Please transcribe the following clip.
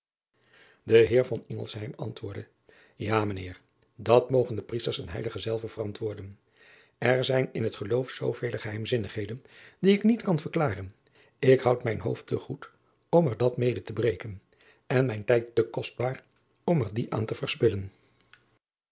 e eer antwoordde a mijn eer dat mogen de riesters en eiligen zelve verantwoorden r zijn in het geloof zoovele geheimzinnigheden die ik niet kan verklaren ik houd mijn hoofd te goed om er dat mede te breken en mijn tijd te kostbaar om er dien aan te verspillen